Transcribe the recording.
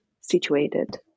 situated